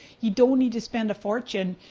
you don't need to spend a fortune.